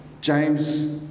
James